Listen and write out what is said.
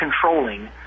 controlling